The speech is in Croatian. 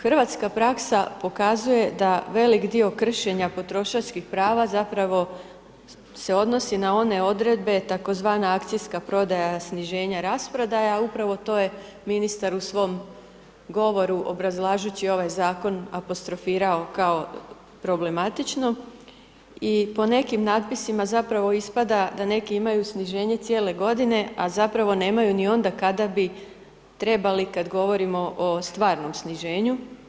Hrvatska praksa pokazuje da veliki dio kršenja potrošačkih prava, zapravo, se odnosi na one odredbe tzv. akcijska prodaja sniženja rasprodaja, a upravo to je ministar u svom govoru obrazlažući ovaj zakon, apostrofirao kao problematičnom i po nekim natpisima zapravo ispada da neki imaju sniženje cijele godine, a zapravo nemaju ni onda kada bi trebali kada govorimo o stvarnom sniženju.